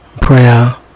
Prayer